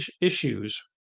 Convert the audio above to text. issues